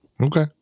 Okay